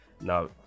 now